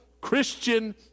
Christian